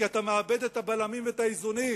כי אתה מאבד את הבלמים ואת האיזונים.